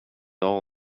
all